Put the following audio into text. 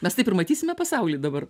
mes taip ir matysime pasaulį dabar